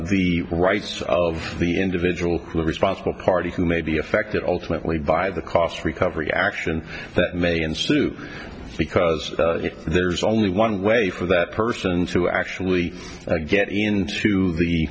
the rights of the individual who are responsible party who may be affected ultimately by the cost recovery action that may ensue because there's only one way for that person to actually get into the